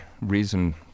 reason